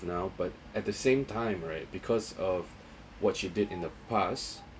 now but at the same time right because of what you did in the past